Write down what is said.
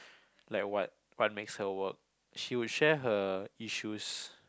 like what what makes her work she will share her issues